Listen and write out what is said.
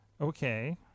Okay